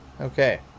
okay